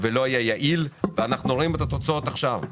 ולא היה יעיל ואנחנו רואים את התוצאות עכשיו.